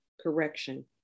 correction